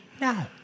No